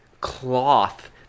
cloth